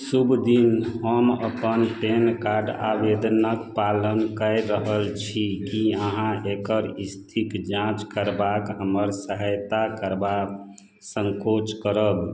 शुभ दिन हम अपन पैन कार्ड आवेदनक पालन कए रहल छी की अहाँ एकर स्थितिक जाँच करबाके हमर सहायता करबा सङ्कोच करब